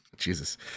jesus